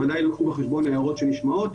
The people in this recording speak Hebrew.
ודאי יילקחו בחשבון ההערות שנשמעות.